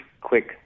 quick